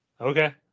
Okay